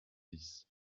dix